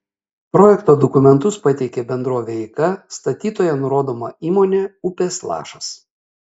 projekto dokumentus pateikė bendrovė eika statytoja nurodoma įmonė upės lašas